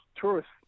tourists